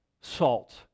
salt